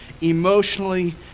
emotionally